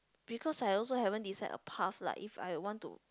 because I also haven't decide a path lah if I want to